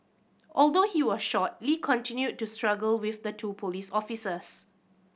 although he was shot Lee continued to struggle with the two police officers